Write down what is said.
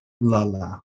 Lala